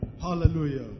Hallelujah